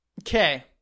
Okay